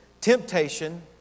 temptation